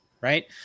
right